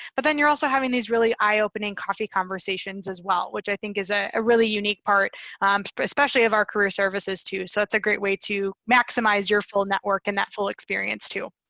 but then you're also having these really eyeopening coffee conversations as well, which i think is ah a really unique part especially of our career services too. so that's a great way to maximize your full network and that full experience too.